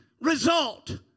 result